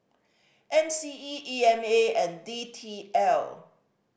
M C E E M A and D T L